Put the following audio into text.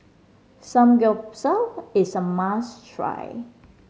samgyeopsal is a must try